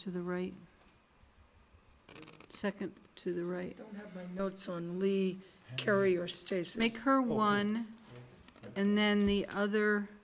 to the right second to the right notes only carrier states make her one and then the other